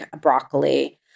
broccoli